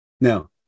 Now